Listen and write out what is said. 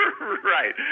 Right